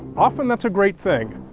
often that's a great thing.